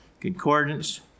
concordance